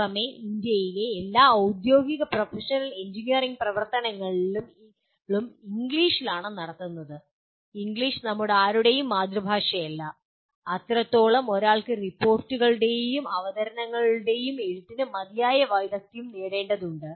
അതിനുപുറമെ ഇന്ത്യയിലെ എല്ലാ ഔദ്യോഗിക പ്രൊഫഷണൽ എഞ്ചിനീയറിംഗ് പ്രവർത്തനങ്ങളും ഇംഗ്ലീഷിലാണ് നടത്തുന്നത് ഇംഗ്ലീഷ് നമ്മുടെ ആരുടെയും മാതൃഭാഷയല്ല അത്രത്തോളം ഒരാൾക്ക് റിപ്പോർട്ടുകളുടെയും അവതരണങ്ങളുടെയും എഴുത്തിന് മതിയായ വൈദഗ്ദ്ധ്യം നേടേണ്ടതുണ്ട്